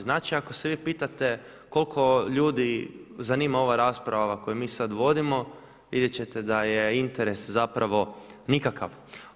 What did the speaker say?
Znači ako se vi pitate koliko ljudi zanima ova rasprava koju mi sad vodimo vidjet ćete da je interes zapravo nikakav.